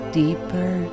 deeper